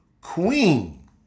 Queen